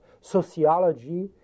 Sociology